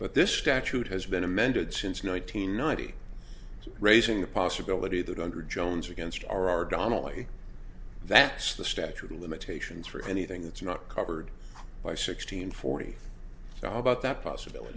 but this statute has been amended since nine hundred ninety raising the possibility that under jones against r r donnelley that's the statute of limitations for anything that's not covered by sixteen forty how about that possibility